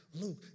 Luke